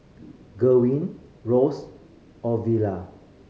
Gwen Ross Ovila